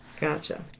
gotcha